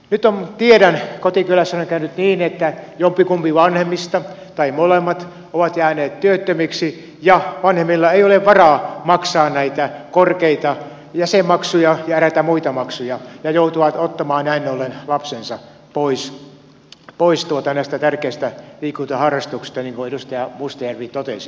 tiedän että kotikylässäni on käynyt niin että jompikumpi vanhemmista tai molemmat ovat jääneet työttömiksi ja vanhemmilla ei ole varaa maksaa näitä korkeita jäsenmaksuja ja näitä muita maksuja ja joutuvat ottamaan näin ollen lapsensa pois näistä tärkeistä liikuntaharrastuksista niin kuin edustaja mustajärvi totesi